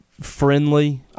friendly